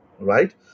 right